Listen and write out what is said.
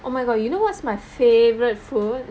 oh my god you know what's my favourite food